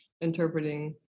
interpreting